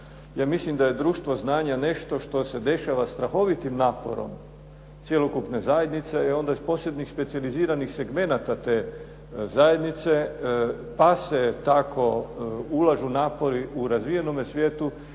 Ja mislim da je društvo znanja nešto što se dešava strahovitim naporom cjelokupne zajednice i ona iz posebnih specijaliziranih segmenata te zajednice pa se tako ulažu napori u razvijenome svijetu,